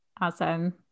Awesome